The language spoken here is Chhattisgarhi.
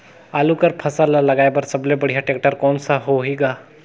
आलू कर फसल ल लगाय बर सबले बढ़िया टेक्टर कोन सा होही ग?